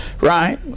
Right